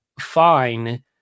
fine